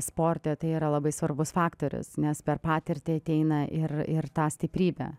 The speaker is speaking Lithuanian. sporte tai yra labai svarbus faktorius nes per patirtį ateina ir ir ta stiprybė